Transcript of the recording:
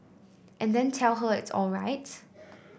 and then tell her it's alright